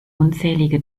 unzählige